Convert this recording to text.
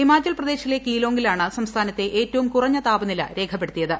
ഹിമാചൽ പ്രദേശിലെ കീലോംഗിലാണ് സംസ്ഥാനത്തെ ഏറ്റവും കുറഞ്ഞ താപനില രേഖപ്പെടുത്തിയത്